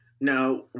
Now